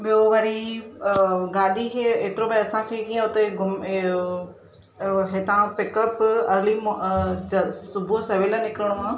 ॿियो वरी गाॾी खे ऐतिरो भाई असां खे कीअं उते घुम इहो हितां पिकअप अरली मोर चल सुबुह सवेल निकिरणो आहे